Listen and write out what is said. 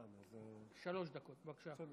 שלוש דקות, בבקשה.